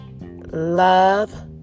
love